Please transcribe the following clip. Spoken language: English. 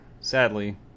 sadly